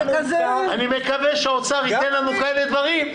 אני מקווה שהאוצר ייתן לנו כאלה דברים,